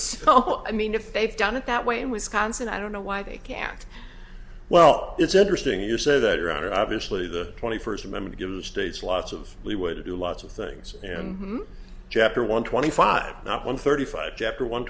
well i mean if they've done it that way in wisconsin i don't know why they can't well it's interesting you say that around obviously the twenty first amendment gives states lots of leeway to do lots of things and japery one twenty five not one thirty five jeopardy one